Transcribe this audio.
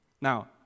Now